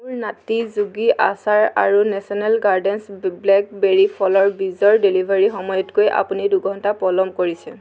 মোৰ নাটী যোগী আচাৰ আৰু নেশ্যনেল গাৰ্ডেনছ ব্লেক বেৰী ফলৰ বীজৰ ডেলিভাৰীৰ সময়তকৈ আপুনি দুঘণ্টা পলম কৰিছে